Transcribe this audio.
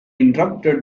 interrupted